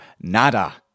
nada